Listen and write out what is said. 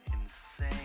insane